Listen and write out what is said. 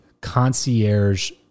concierge